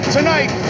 Tonight